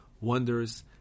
wonders